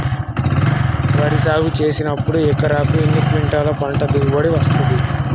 వరి సాగు చేసినప్పుడు ఎకరాకు ఎన్ని క్వింటాలు పంట దిగుబడి వస్తది?